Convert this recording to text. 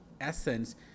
essence